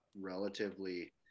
relatively